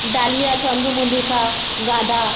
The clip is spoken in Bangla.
ডালিয়া চন্দ্রমল্লিকা গাঁদা